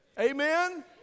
amen